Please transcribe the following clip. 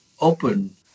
open